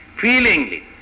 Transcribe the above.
feelingly